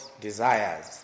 desires